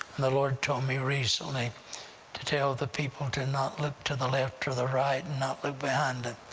the lord told me recently to tell the people to not look to the left or the right, and not look behind